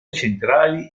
centrali